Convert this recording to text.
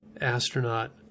astronaut